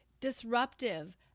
Disruptive